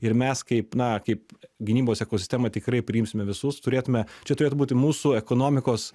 ir mes kaip na kaip gynybos ekosistema tikrai priimsime visus turėtume čia turėtų būti mūsų ekonomikos